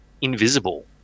invisible